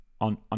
on